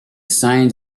signs